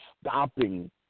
stopping